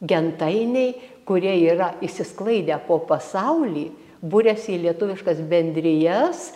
gentainiai kurie yra išsisklaidę po pasaulį buriasi į lietuviškas bendrijas